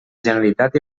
generalitat